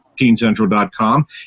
teencentral.com